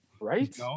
right